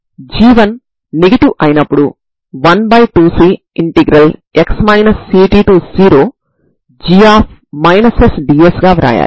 దీనిని sin μ cos μb sin μx cos μx sin μb cos μb గా వ్రాయవచ్చు